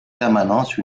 permanence